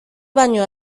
baino